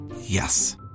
Yes